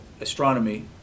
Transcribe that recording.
astronomy